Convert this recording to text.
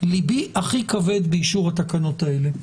לבי הכי כבד באישור התקנות האלה.